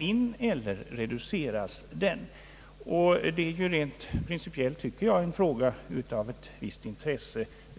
in eller reduceras. Detta tillvägagångssätt är principiellt, tycker jag, en fråga av visst intresse.